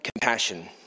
compassion